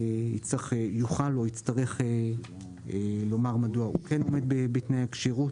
שיוכל או יצטרך לומר מדוע הוא כן עומד בתנאי הכשירות